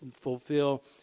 fulfill